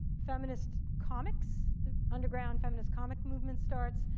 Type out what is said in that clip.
feminist comics the underground feminist comic movement starts.